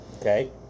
Okay